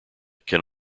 can